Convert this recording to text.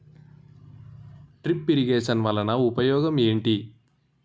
drip irrigation వలన ఉపయోగం ఏంటి